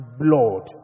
blood